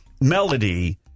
Melody